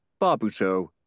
Barbuto